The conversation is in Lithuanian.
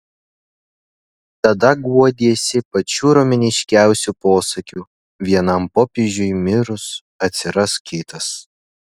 tada guodiesi pačiu romėniškiausiu posakiu vienam popiežiui mirus atsiras kitas